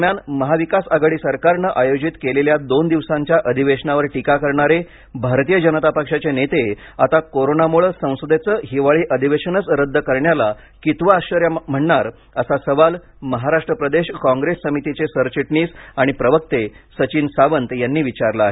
दरम्यान महाविकास आघाडी सरकारनं आयोजित केलेल्या दोन दिवसांच्या अधिवेशनावर टीका करणारे भारतीय जनता पक्षाचे नेते आता कोरोनामुळे संसदेचं हिवाळी अधिवेशनच रद्द करण्याला कितवं आश्वर्य म्हणणार असा सवाल महाराष्ट्र प्रदेश काँग्रेस समितीचे सरचिटणीस आणि प्रवक्ते सचिन सावंत यांनी विचारला आहे